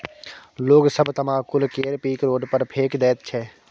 लोग सब तमाकुल केर पीक रोड पर फेकि दैत छै